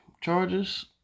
charges